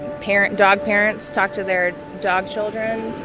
parent dog parents talk to their dog children.